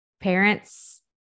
parents